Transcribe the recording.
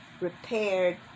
repaired